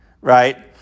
right